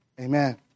Amen